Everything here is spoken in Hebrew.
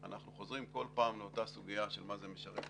אנחנו חוזרים כל פעם לאותה סוגיה של מה זה משרת קבע.